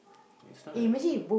is not the